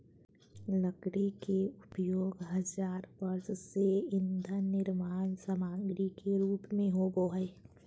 लकड़ी के उपयोग हजार वर्ष से ईंधन निर्माण सामग्री के रूप में होबो हइ